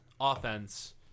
offense